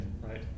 right